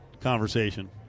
conversation